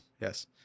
Yes